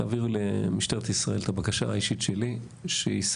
תעבירי למשטרת ישראל את הבקשה האישית שלי שיסיימו